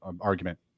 argument